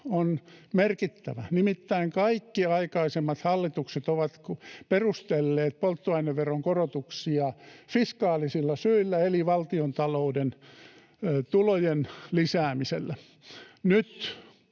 on merkittävä: nimittäin kaikki aikaisemmat hallitukset ovat perustelleet polttoaineveron korotuksia fiskaalisilla syillä eli valtiontalouden tulojen lisäämisellä;